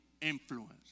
influence